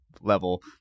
level